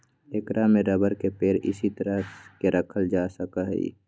ऐकरा में रबर के पेड़ इसी तरह के रखल जा सका हई